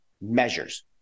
measures